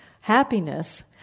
happiness